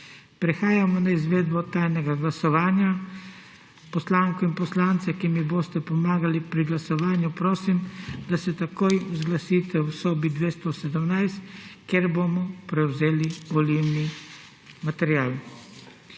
Prehajamo na izvedbo tajnega glasovanja. Poslanke in poslance, ki mi boste pomagali pri glasovanju, prosim, da se takoj zglasite v sobi 217, kjer bomo prevzeli volilni material.